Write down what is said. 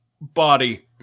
body